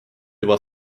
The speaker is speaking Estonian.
juba